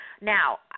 Now